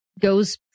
goes